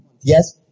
yes